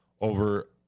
over